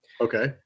Okay